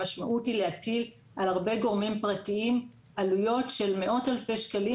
המשמעות היא להטיל על הרבה גורמים פרטיים עלויות של מאות אלפי שקלים,